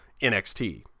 nxt